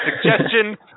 suggestion